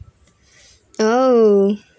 oh